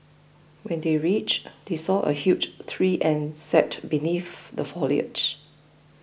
when they reached they saw a huge tree and sat beneath the foliage